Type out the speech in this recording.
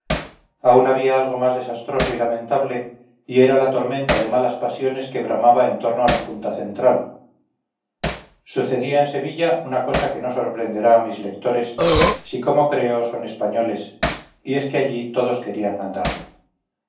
aún había algo más desastroso y lamentable y era la tormenta de malas pasiones que bramaba en torno a la junta central sucedía en sevilla una cosa que no sorprenderá a mis lectores si como creo son españoles y es que allí todos querían mandar